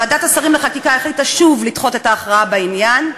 ועדת השרים לחקיקה החליטה שוב לדחות את ההכרעה בעניין,